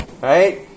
Right